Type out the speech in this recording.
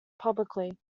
publicly